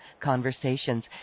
conversations